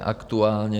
Aktuálně.